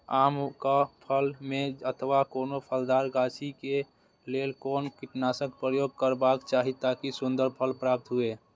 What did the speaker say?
आम क फल में अथवा कोनो फलदार गाछि क लेल कोन कीटनाशक प्रयोग करबाक चाही ताकि सुन्दर फल प्राप्त हुऐ?